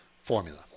formula